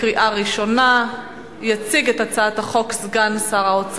עברה בקריאה ראשונה ותועבר לשם הכנתה לוועדת הכספים של הכנסת.